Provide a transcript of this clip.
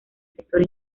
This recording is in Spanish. sector